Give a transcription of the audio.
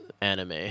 anime